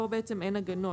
כאן בעצם אין הגנות.